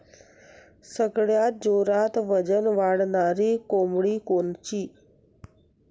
सगळ्यात जोरात वजन वाढणारी कोंबडी कोनची?